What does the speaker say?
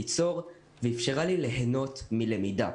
ליצור ואפשרה לי ליהנות מלמידה.